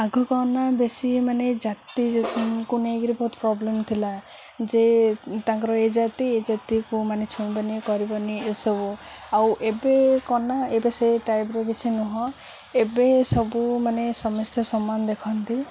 ଆଗ କ'ଣନା ବେଶୀ ମାନେ ଜାତିକୁ ନେଇକିରି ବହୁତ ପ୍ରୋବ୍ଲେମ୍ ଥିଲା ଯେ ତାଙ୍କର ଏ ଜାତି ଏ ଜାତିକୁ ମାନେ ଛୁଇଁବନି କରିବନି ଏସବୁ ଆଉ ଏବେ କ'ଣନା ଏବେ ସେ ଟାଇପ୍ର କିଛି ନୁହଁ ଏବେ ସବୁ ମାନେ ସମସ୍ତେ ସମାନ ଦେଖନ୍ତି